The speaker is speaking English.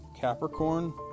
Capricorn